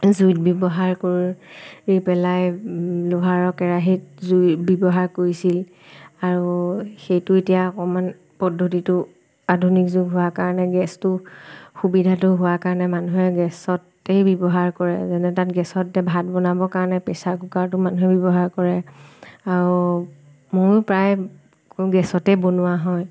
জুইত ব্যৱহাৰ কৰি পেলাই লোহাৰৰ কেৰাহীত জুই ব্যৱহাৰ কৰিছিল আৰু সেইটো এতিয়া অকণমান পদ্ধতিটো আধুনিক যুগ হোৱা কাৰণে গেছটো সুবিধাটো হোৱা কাৰণে মানুহে গেছতেই ব্যৱহাৰ কৰে যেনে তাত গেছত এতিয়া ভাত বনাবৰ কাৰণে প্ৰেছাৰ কুকাৰটো মানুহে ব্যৱহাৰ কৰে আৰু ময়ো প্ৰায় গেছতেই বনোৱা হয়